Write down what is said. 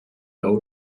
low